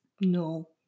No